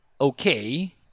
okay